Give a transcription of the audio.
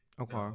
okay